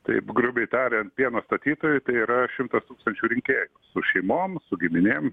taip grubiai tariant pieno statytojų tai yra šimtas tūkstančių rinkėjų su šeimom su giminėm